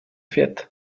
fährt